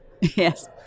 Yes